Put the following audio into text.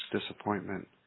disappointment